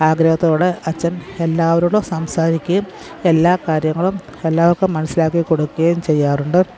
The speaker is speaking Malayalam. ആഗ്രഹത്തോടേ അച്ചൻ എല്ലാവരോടും സംസാരിക്കുകയും എല്ലാ കാര്യങ്ങളും എല്ലാവർക്കും മനസിലാക്കി കൊടുക്കുകയും ചെയ്യാറുണ്ട്